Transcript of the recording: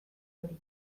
hori